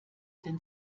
denn